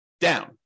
down